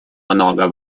много